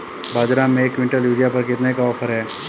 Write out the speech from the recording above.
बाज़ार में एक किवंटल यूरिया पर कितने का ऑफ़र है?